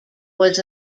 was